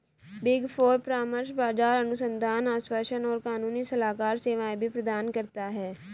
big four परामर्श, बाजार अनुसंधान, आश्वासन और कानूनी सलाहकार सेवाएं भी प्रदान करता है